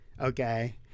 Okay